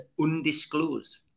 undisclosed